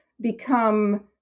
become